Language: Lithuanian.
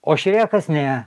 o žiūrėk kas ne